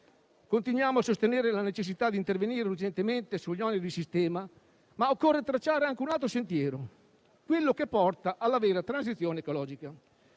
continuiamo a sostenere la necessità di intervenire urgentemente sugli oneri di sistema, ma occorre tracciare anche un altro sentiero, che porti alla vera tradizione ecologica.